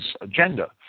agenda